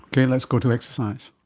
okay, let's go to exercise.